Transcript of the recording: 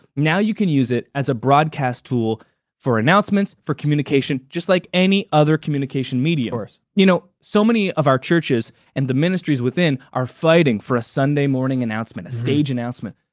now you can use it as a broadcast tool for announcements, for communication, just like any other communication medium. of course. you know so many of our churches and the ministries within are fighting for a sunday morning announcement, a stage announcement.